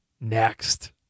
next